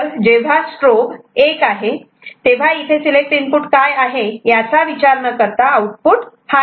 तर जेव्हा स्ट्रोब 1 आहे तेव्हा इथे सिलेक्ट इनपुट काय आहे याचा विचार न करता आउटपुट हाय येते